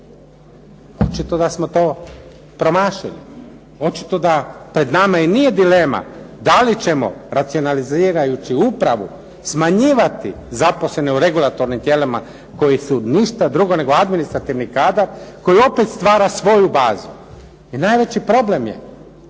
Očito da smo to promašili. Očito da pred nama i nije dilema da li ćemo racionalizirajući upravu smanjivati zaposlene u regulatornim tijelima koji su ništa drugo nego administrativni kadar, koji opet stvara svoju bazu. I najveći problem je